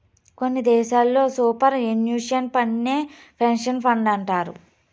కొన్ని దేశాల్లో superannuation ఫండేనే పెన్సన్ ఫండంటారు